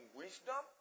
wisdom